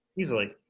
Easily